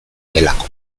delako